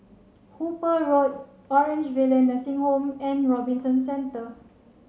Hooper Road Orange Valley Nursing Home and Robinson Centre